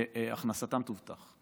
הכנסתם תובטח.